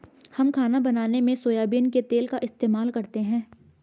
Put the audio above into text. हम खाना बनाने में सोयाबीन के तेल का इस्तेमाल करते हैं